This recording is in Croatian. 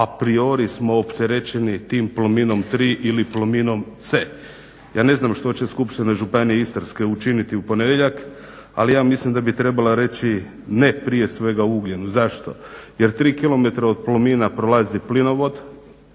a priori smo opterećeni tim Plominom 3 ili Plominom C. Ja ne znam što će Skupština županije Istarske učiniti u ponedjeljak ali ja mislim da bi trebala reći ne prije svega ugljenu. Zašto? Jer 3 km od Plomina prolazi plinovod